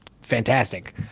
fantastic